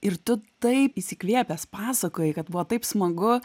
ir tu taip įsikvėpęs pasakojai kad buvo taip smagu